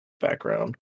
background